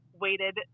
waited